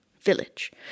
Village